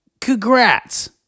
Congrats